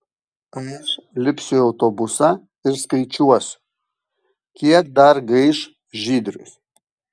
aš lipsiu į autobusą ir skaičiuosiu kiek dar gaiš žydrius